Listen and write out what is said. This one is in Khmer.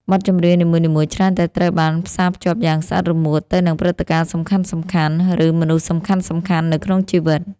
បទចម្រៀងនីមួយៗច្រើនតែត្រូវបានផ្សារភ្ជាប់យ៉ាងស្អិតរមួតទៅនឹងព្រឹត្តិការណ៍សំខាន់ៗ ឬមនុស្សសំខាន់ៗនៅក្នុងជីវិត